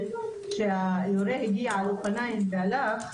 שהיורה הגיע על אופניים והלך,